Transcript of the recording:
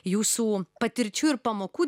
jūsų patirčių ir pamokų